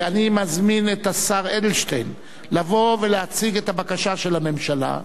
אני מזמין את השר אדלשטיין לבוא ולהציג את הבקשה של הממשלה.